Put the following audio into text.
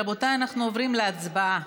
רבותיי, אנחנו עוברים להצבעה.